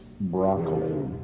broccoli